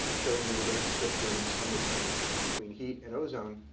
showing the relationship during summertime between heat and ozone.